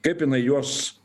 kaip jinai juos